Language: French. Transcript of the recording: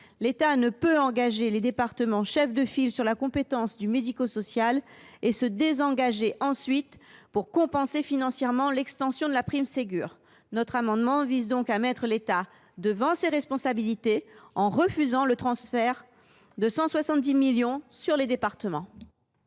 L’État ne peut engager les départements chefs de file sur la compétence du médico social et se désengager ensuite lorsqu’il s’agit de compenser financièrement l’extension de la prime Ségur. Notre amendement vise à mettre l’État devant ses responsabilités, en refusant le transfert de 170 millions d’euros sur les départements.